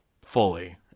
Fully